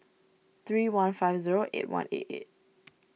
three one five zero eight one eight eight